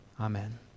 Amen